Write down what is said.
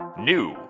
New